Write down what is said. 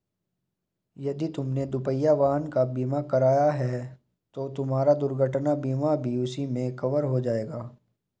यदि तुमने दुपहिया वाहन का बीमा कराया है तो तुम्हारा दुर्घटना बीमा भी उसी में कवर हो जाएगा